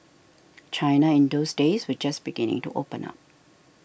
China in those days was just beginning to open up